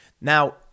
Now